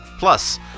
Plus